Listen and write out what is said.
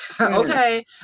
okay